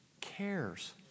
cares